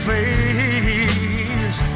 Face